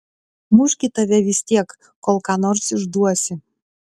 muš gi tave vis tiek kol ką nors išduosi